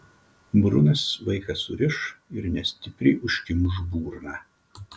brunas vaiką suriš ir nestipriai užkimš burną